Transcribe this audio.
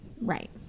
Right